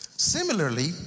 similarly